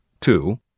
two